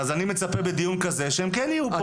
אז אני מצפה בדיון כזה שהם כן יהיו פה.